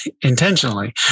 intentionally